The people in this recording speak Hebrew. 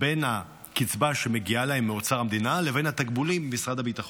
בין הקצבה שמגיעה להם מאוצר המדינה לבין התגמולים ממשרד הביטחון.